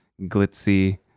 glitzy